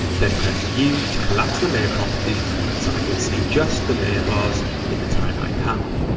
then press u to collapse the layer properties so i can see just the layer bars in the timeline panel.